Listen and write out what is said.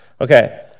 Okay